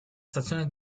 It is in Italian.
stazione